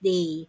Day